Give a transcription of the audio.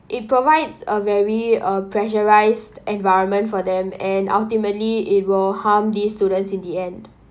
it provides a very uh pressurized environment for them and ultimately it will harm these students in the end